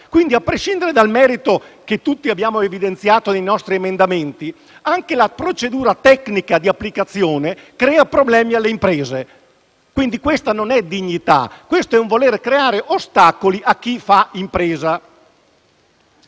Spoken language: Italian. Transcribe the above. Quindi, a prescindere dal merito, che tutti abbiamo evidenziato nei nostri emendamenti, anche la procedura tecnica di applicazione creerà problemi alle imprese. Quindi questa non è dignità, ma è un voler creare ostacoli a chi fa impresa.